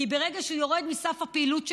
כי ברגע שהוא יורד מסף הפעילות שלו,